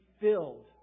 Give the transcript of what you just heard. filled